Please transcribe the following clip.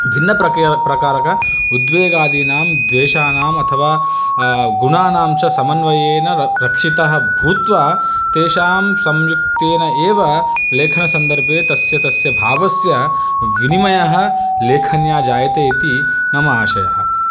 भिन्नप्रके प्रकारक उद्वेगादीनां द्वेषानाम् अथवा गुणानां च समन्वयेन र रक्षितः भूत्वा तेषां संयुक्तेन एव लेखनसन्दर्भे तस्य तस्य भावस्य विनिमयः लेखन्या जायते इति मम आशयः